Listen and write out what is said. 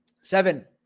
Seven